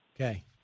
Okay